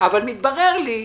אבל מתברר לי,